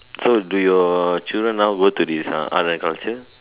so do your children now go to this ah art and culture